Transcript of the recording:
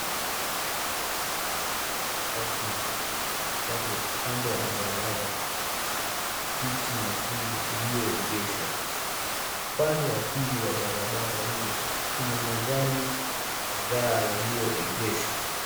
Kuna matatu na lori ambapo kando ya barabara kuna pikipiki nyekundu iliyoegeshwa na upande wa pili wa barabara hiyo kuna magari kadhaa yaliyoegeshwa.